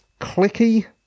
clicky